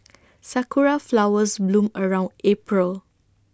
Sakura Flowers bloom around April